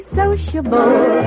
sociable